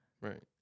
right